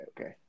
okay